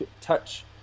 touch